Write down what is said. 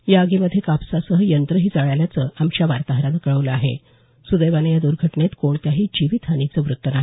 या आगीमध्ये कापसासह यंत्रंही जळाल्याचं आमच्या वार्ताहरानं कळवलं आहे सुदैवानं या दर्घटनेत कोणत्याही जीवित हानीचं वृत्त नाही